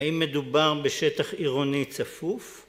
‫האם מדובר בשטח עירוני צפוף?